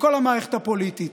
לכל המערכת הפוליטית.